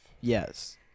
Yes